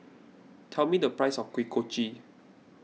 tell me the price of Kuih Kochi